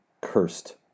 cursed